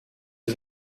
was